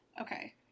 Okay